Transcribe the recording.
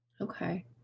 Okay